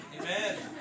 Amen